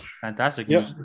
Fantastic